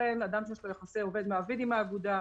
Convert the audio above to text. ולכן אדם שנמצא ביחסי עובד-מעביד עם האגודה,